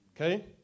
Okay